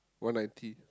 one ninety